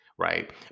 right